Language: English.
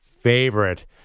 favorite